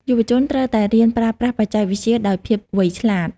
យុវជនត្រូវតែរៀនប្រើប្រាស់បច្ចេកវិទ្យាដោយភាពវៃឆ្លាត។